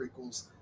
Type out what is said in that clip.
prequels